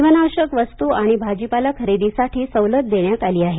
जीवनावश्यक वस्तू आणि भाजीपाला खरेदीसाठी सवलत देण्यात आली आहे